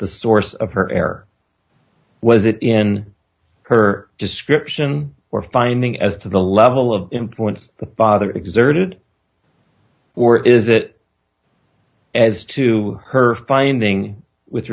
the source of her error was it in her description or finding as to the level of influence the father exerted or is it as to her finding with